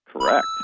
Correct